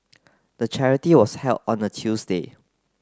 the charity was held on a Tuesday